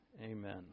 Amen